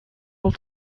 all